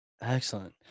Excellent